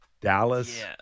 Dallas